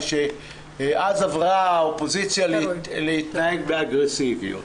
ואז עברה האופוזיציה להתנהג באגרסיביות,